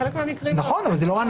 בחלק מהמקרים, לא.